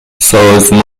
سازمان